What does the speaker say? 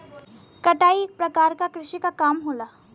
कटाई एक परकार क कृषि क काम होला